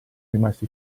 rimasti